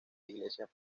iglesias